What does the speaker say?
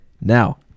now